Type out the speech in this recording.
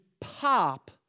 pop